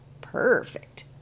Perfect